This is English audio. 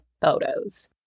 photos